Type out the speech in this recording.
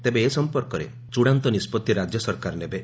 ତେବେ ଏ ସଂପର୍କରେ ଚୃଡ଼ାନ୍ତ ନିଷ୍ବଭି ରାକ୍ୟ ସରକାର ନେବେ